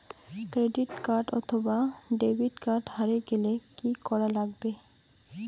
Credit card অথবা debit card হারে গেলে কি করা লাগবে?